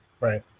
Right